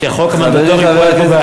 כי החוק המנדטורי פועל,